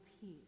peace